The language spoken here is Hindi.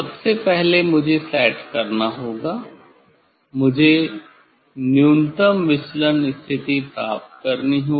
सबसे पहले मुझे सेट करना होगा मुझे न्यूनतम विचलन स्थिति प्राप्त करनी होगी